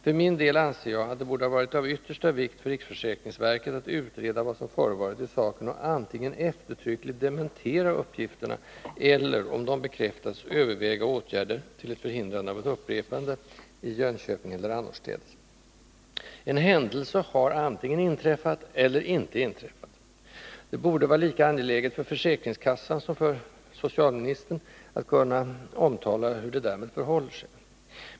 För min del anser jag att det borde ha varit av yttersta vikt för riksförsäkringsverket att utreda vad som förevarit i saken och antingen eftertryckligt dementera uppgifterna eller — om de bekräftats — överväga åtgärder till förhindrande av ett upprepande, i Jönköping och annorstädes. En händelse har antingen inträffat eller inte inträffat. Det borde vara lika angeläget för försäkringskassan som för socialministern att kunna omtala hur det därmed förhåller sig.